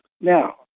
Now